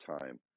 time